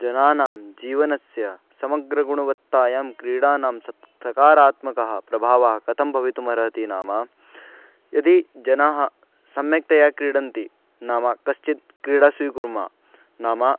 जनानां जीवनस्य समग्रगुणवत्तायां क्रीडानां सत् सकारात्मकः प्रभावः कथं भवितुमर्हति नाम यदि जनाः सम्यक्तया क्रीडन्ति नाम कश्चित् क्रीडा स्वीकुर्म नाम